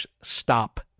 Stop